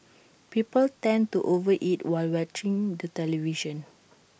people tend to over eat while watching the television